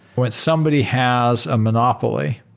when somebody has a monopoly.